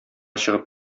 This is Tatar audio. чыгып